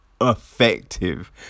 effective